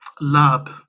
lab